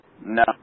No